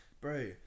bro